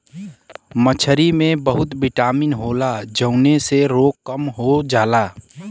मछरी में बहुत बिटामिन होला जउने से रोग कम होत जाला